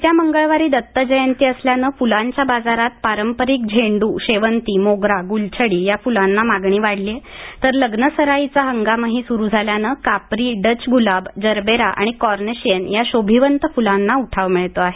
येत्या मंगळवारी दत्त जयंती असल्यानं फुलांच्या बाजारात पारंपरिक झेंड्र शेवंती मोगरा गुलछडी या फुलांना मागणी वाढली आहे तर लग्नसराईचा हंगामही सुरू झाल्यानं कापरी डच ग्लाब जरबेरा आणि कॉर्नशिअन या शोभिवंत फुलांना उठाव मिळतो आहे